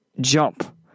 jump